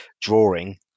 drawing